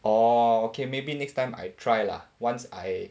orh okay maybe next time I try lah once I